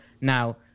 Now